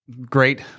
great